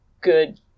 good